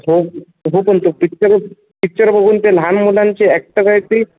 हो हो पण तो पिक्चर पिक्चर बघून ते लहान मुलांची ॲक्टर आहेत ती